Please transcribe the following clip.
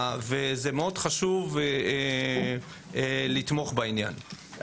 מאוד חשוב לתמוך בעניין.